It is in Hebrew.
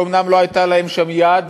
שאומנם לא הייתה להם שם יד,